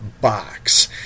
box